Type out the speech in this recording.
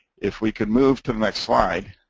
if we could move to the next slide,